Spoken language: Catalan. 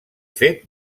fet